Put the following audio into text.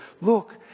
look